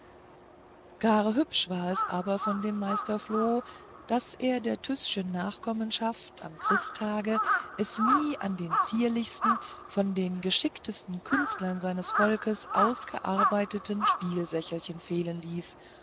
gar hübsch war es aber von dem meister floh daß er der tyßischen nachkommenschaft am christtage es nie an den zierlichsten von den geschicktesten künstlern seines volks ausgearbeiteten spielsächelchen fehlen ließ